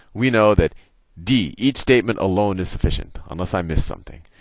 we know that d, each statement alone is sufficient, unless i missed something.